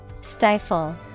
stifle